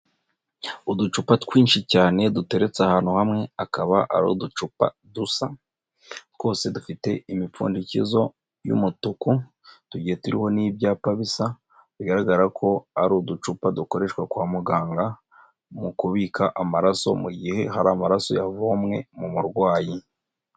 Uducupa twinshi cyane, duteretse ahantu hamwe akaba ari uducupa dusa, twose dufite imipfundikizo y'umutuku tugiye turiho n'ibyapa bisa bigaragara ko ari uducupa dukoreshwa kwa muganga mu kubika amaraso mu gihe hari amaraso yavomwe mu murwayi.